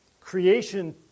creation